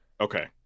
Okay